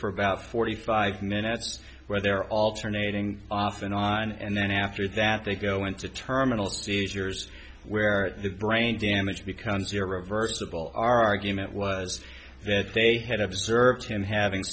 for about forty five minutes where they're alternating off and on and then after that they go into terminal seizures where the brain damage becomes a reversible argument was that they had observed him having